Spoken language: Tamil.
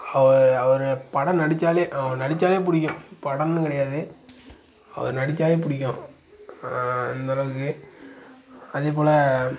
அவர் படம் நடித்தாலே நடித்தாலே பிடிக்கும் படம்னு கிடையாது அவர் நடித்தாலே பிடிக்கும் அந்தளவுக்கு அதேபோல